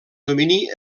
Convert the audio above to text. domini